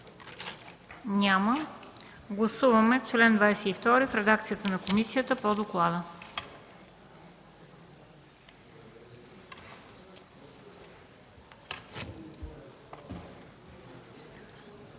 Няма. Гласуваме чл. 40 в редакцията на комисията по доклада.